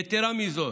יתרה מזו,